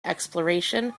exploration